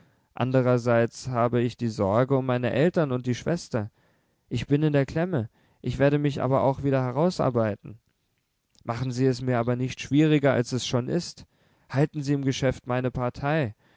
andererseits habe ich die sorge um meine eltern und die schwester ich bin in der klemme ich werde mich aber auch wieder herausarbeiten machen sie es mir aber nicht schwieriger als es schon ist halten sie im geschäft meine partei